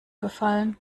gefallen